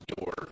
door